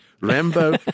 Rambo